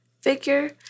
figure